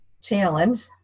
challenge